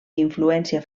influència